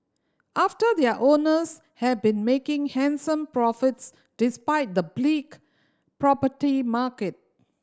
after their owners have been making handsome profits despite the bleak property market